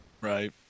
right